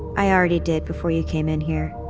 i already did before you came in here.